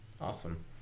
Awesome